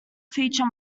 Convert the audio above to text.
feature